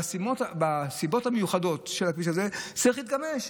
בנסיבות המיוחדות של הכביש הזה צריך להתגמש.